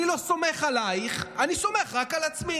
אני לא סומך עלייך, אני סומך רק על עצמי.